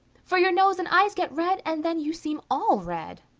for your nose and eyes get red, and then you seem all red.